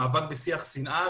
מאבק בשיח שנאה,